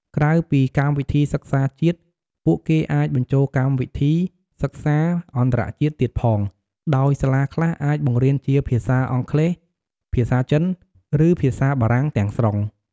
ក្រៅពីកម្មវិធីសិក្សាជាតិ ពួកគេអាចបញ្ចូលកម្មវិធីសិក្សាអន្តរជាតិទៀតផង ដោយសាលាខ្លះអាចបង្រៀនជាភាសាអង់គ្លេស ភាសាចិន ឬភាសាបារាំងទាំងស្រុង។